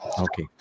Okay